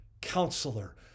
Counselor